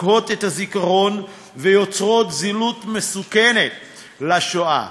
מקהה את הזיכרון ויוצרת זילות מסוכנת של השואה.